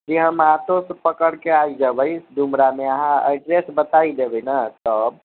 जी हम ऑटोसँ पकड़िके आबि जेबै डुमरामे अहाँ एड्रेस बताइ देबै ने तब